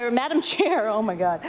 ah madam chair, oh, my god.